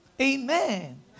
Amen